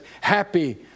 happy